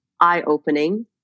eye-opening